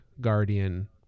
guardian